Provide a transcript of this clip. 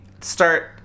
start